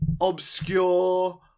obscure